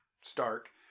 stark